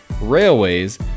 railways